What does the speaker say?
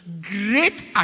great